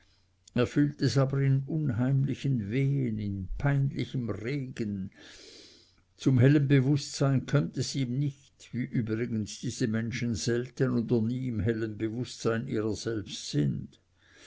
aber in unheimlichen wehen in peinlichem regen zum hellen bewußtsein kömmt es ihm nicht wie übrigens diese menschen selten oder nie im hellen bewußtsein ihrer selbst sind